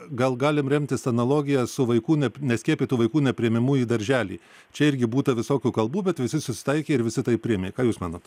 gal galim remtis analogija su vaikų neskiepytų vaikų nepriėmimu į darželį čia irgi būta visokių kalbų bet visi susitaikė ir visi tai priėmė ką jūs manot